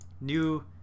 new